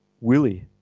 Willie